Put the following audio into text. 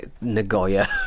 Nagoya